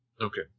Okay